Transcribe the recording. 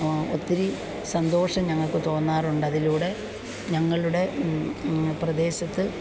ഒത്തിരി സന്തോഷം ഞങ്ങൾക്ക് തോന്നാറുണ്ട് അതിലൂടെ ഞങ്ങളുടെ പ്രദേശത്ത്